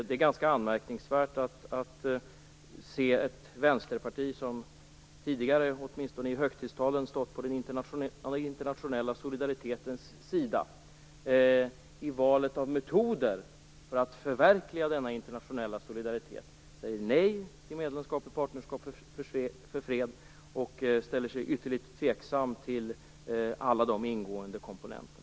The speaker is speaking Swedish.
Det är ganska anmärkningsvärt att se att Vänsterpartiet, som åtminstone tidigare i högtidstalen stått på den internationella solidaritetens sida, i valet av metoder för att förverkliga denna internationella solidaritet säger nej till medlemskap i Partnerskap för fred och ställer sig ytterligt tveksamt till alla de ingående komponenterna.